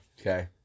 Okay